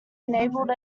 enabled